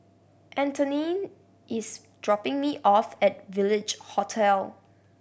Antoine is dropping me off at Village Hotel